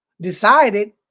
decided